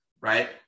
Right